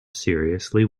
seriously